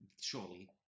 Surely